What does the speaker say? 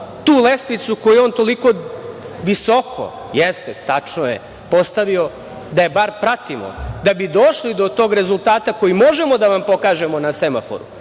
tu lestvicu koju je on toliko visoko postavio, da je bar pratimo, da bi došli do tog rezultata koji možemo da vam pokažemo na semaforu,